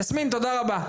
יסמין תודה רבה.